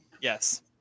Yes